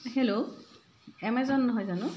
hello Amazon নহয় জানো